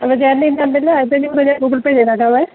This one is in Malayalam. അപ്പോള് ചേട്ടന് ഈ നമ്പറില് ആയിരത്തി അഞ്ഞൂറ് ഗൂഗിൾ പേ ചെയ്തേക്കാമേ